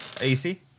AC